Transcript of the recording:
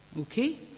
okay